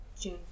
June